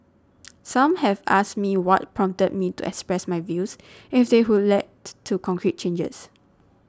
some have asked me what prompted me to express my views and if they would lead to concrete changes